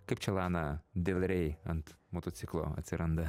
kaip čia lana del rei ant motociklo atsiranda